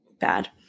bad